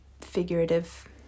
figurative